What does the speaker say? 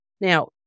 Now